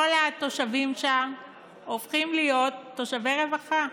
התושבים שם הופכים להיות תושבי רווחה.